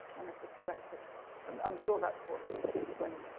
when it's a corrective and i'm sure that's what when